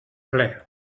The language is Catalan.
ple